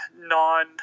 non